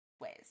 ways